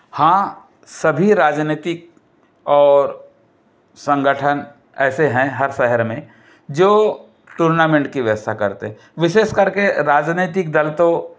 हाँ सभी राजनीतिक और संगठन ऐसे हैं हर शहर में जो टूर्नामेंट की व्यवस्था करते हैं विशेष करके राजनीतिक दल तो